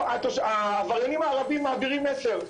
העבריינים הערבים מעבירים מסר,